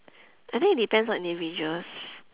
I think it depends on individuals